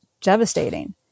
devastating